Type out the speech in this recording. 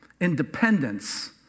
Independence